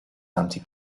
anti